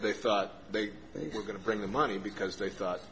they thought they were going to bring the money because they thought